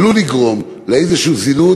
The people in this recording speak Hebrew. עלול לגרום לאיזו זילות,